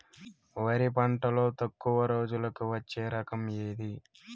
వరి పంటలో తక్కువ రోజులకి వచ్చే రకం ఏది?